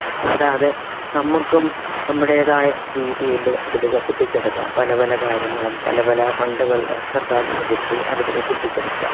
കൂടാതെ നമുക്കും നമ്മുടേതായ രീതിയിൽ ഇത് വികസിപ്പിച്ചെടുക്കാം പല പല കാര്യങ്ങളും പല പല ഫണ്ടുകൾ സർക്കാരിൽ നിന്ന് കിട്ടി അത് വികസിപ്പിച്ചെടുക്കാം